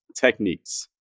techniques